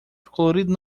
colorida